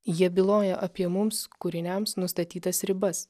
jie byloja apie mums kūriniams nustatytas ribas